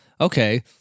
okay